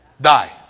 die